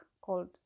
called